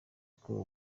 uko